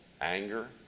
anger